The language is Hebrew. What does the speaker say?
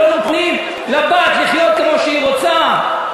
לא נותנים לבת לחיות כמו שהיא רוצה".